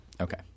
okay